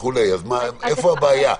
איפה הבעיה?